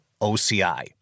OCI